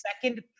second